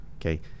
okay